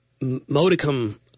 modicum